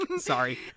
Sorry